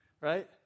Right